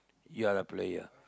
you are the player